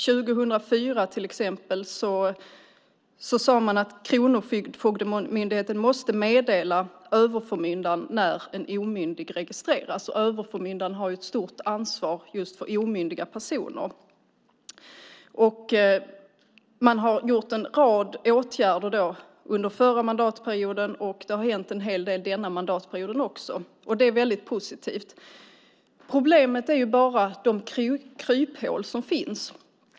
År 2004 sade man till exempel att Kronofogdemyndigheten måste meddela överförmyndaren när en omyndig registreras. Överförmyndaren har ett stort ansvar just för omyndiga personer. Man vidtog en rad åtgärder under förra mandatperioden, och det har också hänt en hel del under denna mandatperiod. Det är väldigt positivt. Problemet är bara de kryphål som finns.